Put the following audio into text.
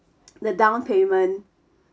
the downpayment